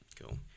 Cool